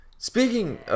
Speaking